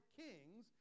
kings